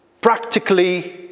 Practically